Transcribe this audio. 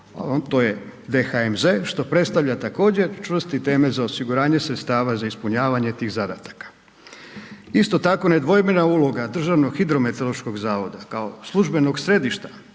to je DHMZ što predstavlja također čvrsti temelj za osiguranje sredstava za ispunjavanje tih zadataka. Isto tako nedvojbena je uloga Državnog hidrometeorološkog zavoda kao službenog središta